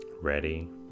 Ready